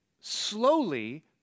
slowly